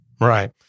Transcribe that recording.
Right